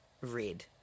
red